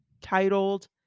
titled